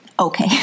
okay